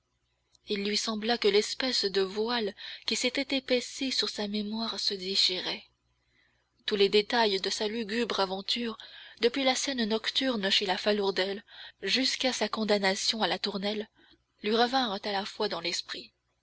il lui sembla que l'espèce de voile qui s'était épaissi sur sa mémoire se déchirait tous les détails de sa lugubre aventure depuis la scène nocturne chez la falourdel jusqu'à sa condamnation à la tournelle lui revinrent à la fois dans l'esprit